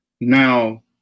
now